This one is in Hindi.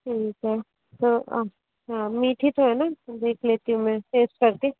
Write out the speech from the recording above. ठीक है तो अच्छा मीठी तो है न देख लेती हूँ मैं टेस्ट करके